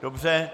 Dobře.